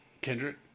Kendrick